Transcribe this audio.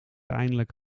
eindelijk